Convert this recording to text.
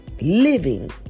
living